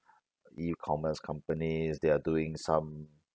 E commerce companies they are doing some